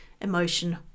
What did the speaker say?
emotion